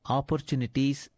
opportunities